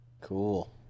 Cool